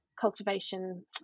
cultivation